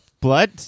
Blood